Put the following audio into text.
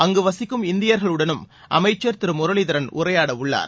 அங்கு வசிக்கும் இந்தியர்களுடனும் அமைச்சர் திரு முரளிதரன் உரையாடவுள்ளார்